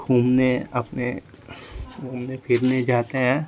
घूमने अपने घूमने फिरने जाते हैं